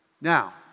Now